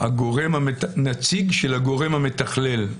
אלינו הנציג של הגורם המתכלל.